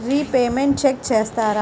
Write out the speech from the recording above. Repayments check చేస్తారా?